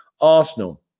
Arsenal